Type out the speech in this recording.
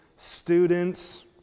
students